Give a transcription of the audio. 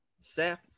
Seth